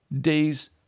days